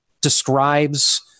describes